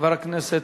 חבר הכנסת,